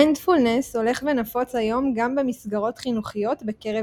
מיינדפולנס הולך ונפוץ היום גם במסגרות חינוכיות בקרב